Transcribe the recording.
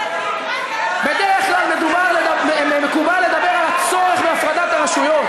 בדרך כלל מקובל לדבר על הצורך בהפרדת הרשויות